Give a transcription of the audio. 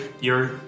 You're-